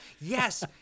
yes